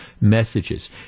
messages